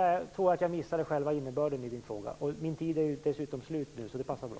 Jag tror att jag missade själva innebörden i frågan. Och min taletid är dessutom slut nu - så det passar bra.